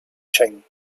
cheng